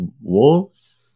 Wolves